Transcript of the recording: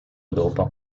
dopo